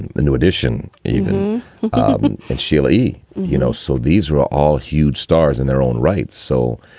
the new addition, even um and shealy, you know, so these were all huge stars in their own right. so,